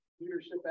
leadership